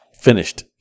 finished